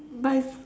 but if